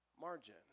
margin